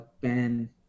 Ben